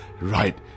right